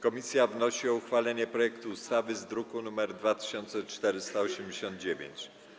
Komisja wnosi o uchwalenie projektu ustawy z druku nr 2489.